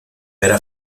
era